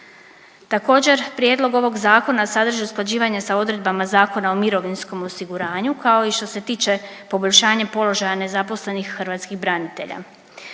Također, prijedlog ovog Zakona sadrži usklađivanje sa odredbama Zakona o mirovinskom osiguranju, kao i što se tiče poboljšanjem položaja nezaposlenih hrvatskih branitelja.